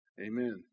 Amen